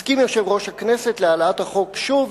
הסכים יושב-ראש הכנסת להעלאת החוק שוב,